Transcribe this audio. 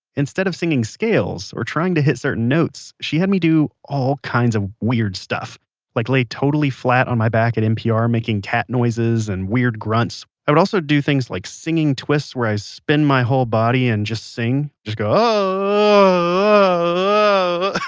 instead of singing scales, or trying to hit certain notes, she had me do all kinds of weird stuff like lay totally flat on my back at npr making cat noises and weird grunts. i would also do things like singing twists where i spin my whole body and just sing, just go.